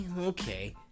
okay